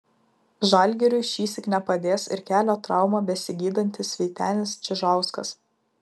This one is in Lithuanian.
žalgiriui šįsyk nepadės ir kelio traumą besigydantis vytenis čižauskas